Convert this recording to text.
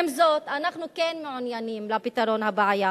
עם זאת, אנחנו כן מעוניינים בפתרון הבעיה,